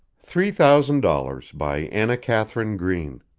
three thousand dollars by anna katharine green